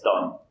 done